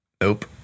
Nope